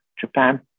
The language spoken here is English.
Japan